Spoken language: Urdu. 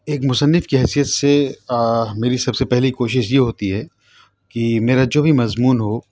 ایک مصنف کی حیثیت سے میری سب سے پہلی کوشش یہ ہوتی ہے کہ میرا جو بھی مضمون ہو